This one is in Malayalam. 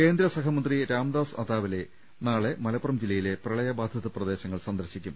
കേന്ദ്ര സഹമന്ത്രി രാംദാസ് അതാവലെ നാളെ മലപ്പുറം ജില്ലയിലെ പ്രളയബാധിത പ്രദേശങ്ങൾ സന്ദർശിക്കും